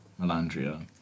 Melandria